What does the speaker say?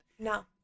No